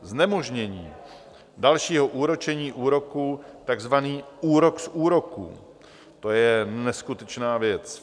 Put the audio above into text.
Znemožnění dalšího úročení úroků, takzvaný úrok z úroků, to je neskutečná věc.